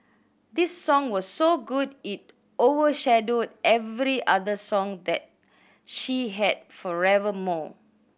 this song was so good it overshadowed every other song that she had forevermore